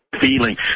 feeling